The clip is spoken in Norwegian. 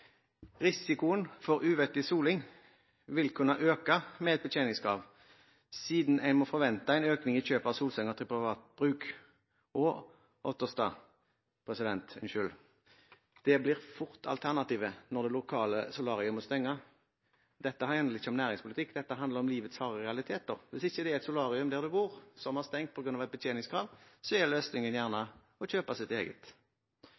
Risikoen for uvettig soling vil kunne øke med et betjeningskrav, siden man må forvente en økning i kjøp av solsenger til privat bruk. Det blir fort alternativet når det lokale solariet må stenge. Dette handler ikke om næringspolitikk – dette handler om livets harde realiteter. Hvis det ikke er et solarium der du bor, fordi det har stengt pga. et betjeningskrav, er løsningen gjerne å kjøpe sitt eget.